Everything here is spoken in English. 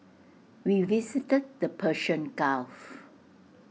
we visited the Persian gulf